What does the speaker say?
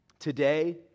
Today